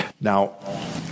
Now